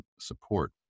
support